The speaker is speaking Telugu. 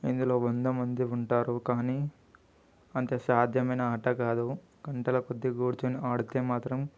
ఇందులో వంద మంది ఉంటారు కానీ అంత సాధ్యమైన ఆట కాదు గంటల కొద్ది కూర్చొని ఆడితే మాత్రం